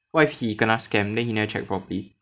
what if he kena scam then he never check properly